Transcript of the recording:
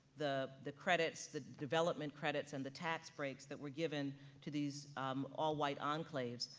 the the credits, the development credits and the tax breaks that were given to these all white enclaves.